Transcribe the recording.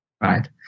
right